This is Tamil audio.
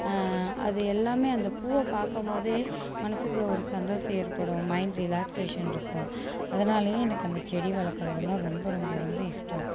அது எல்லாமே அந்த பூவை பார்க்கம் போதே மனசுக்குள்ளே ஒரு சந்தோசம் ஏற்படும் மைண்ட் ரிலாக்சேஷன் இருக்கும் அதனாலேயே எனக்கு அந்த செடி வளர்க்குறதுன்னா ரொம்ப ரொம்ப ரொம்ப இஷ்டம்